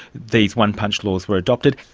these one-punch laws were adopted.